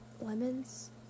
Lemons